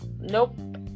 Nope